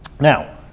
Now